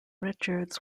richards